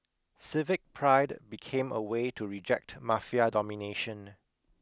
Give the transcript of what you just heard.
civic pride became a way to reject Mafia domination